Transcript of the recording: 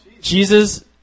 Jesus